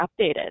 updated